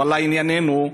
אבל לענייננו,